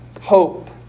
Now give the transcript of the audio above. hope